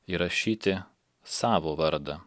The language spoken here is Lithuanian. įrašyti savo vardą